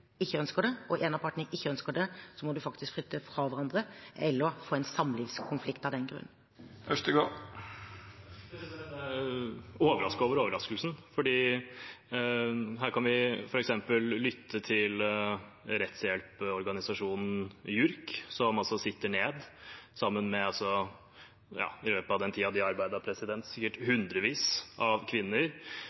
ikke ønsker det, og en av partene ikke ønsker det, må de faktisk flytte fra hverandre eller få en samlivskonflikt av den grunn. Jeg er overrasket over overraskelsen, for her kan vi f.eks. lytte til rettshjelporganisasjonen JURK, som i løpet av den tiden de har arbeidet, har sittet sammen med sikkert hundrevis av kvinner